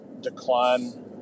decline